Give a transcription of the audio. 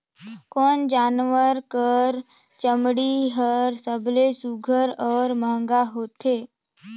कोन जानवर कर चमड़ी हर सबले सुघ्घर और महंगा होथे?